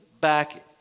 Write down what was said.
back